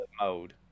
mode